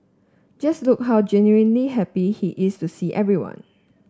just look how genuinely happy he is to see everyone